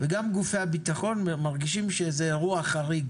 וגם גופי הביטחון מרגישים שזה אירוע חריג